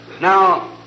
Now